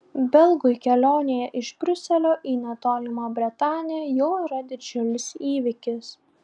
belgui kelionė iš briuselio į netolimą bretanę jau yra didžiulis įvykis